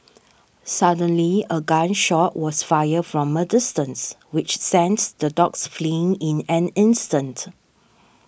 suddenly a gun shot was fired from a distance which sent the dogs fleeing in an instant